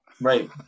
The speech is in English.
Right